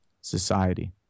society